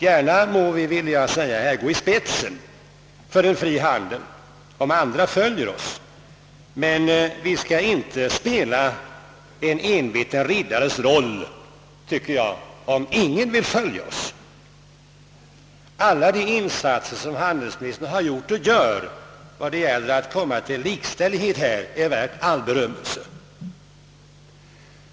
Gärna må vi gå i spetsen för en fri handel om andra följer oss, men vi skall inte spela en enveten riddares roll om ingen vill följa oss. Alla de insatser som handelsministern gjort och gör när det gäller att uppnå likställighet hävidlag är värda allt beröm.